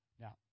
Now